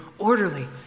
Orderly